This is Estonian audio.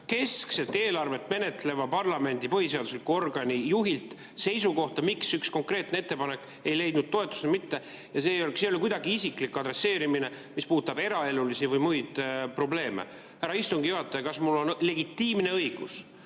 keskset eelarvet menetleva parlamendi, põhiseadusliku organi juhilt seisukohta, miks üks konkreetne ettepanek ei leidnud toetust. See ei ole kuidagi isiklik adresseerimine, mis puudutab eraelulisi või muid probleeme. Härra istungi juhataja, kas mul on legitiimne õigus